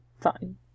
fine